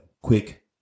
quick